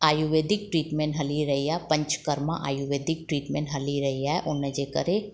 Ayurvedic treatment हली रही आहे पंचकर्मा आयुर्वेदिक ट्रीटमेंट हली रही आहे उनजे करे